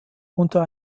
unter